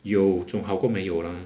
有做好过没有 lah